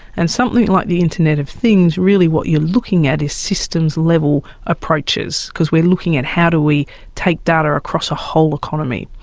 and something like the internet of things, really what you are looking at is systems-level approaches, because we are looking at how do we take data across a whole economy.